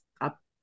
up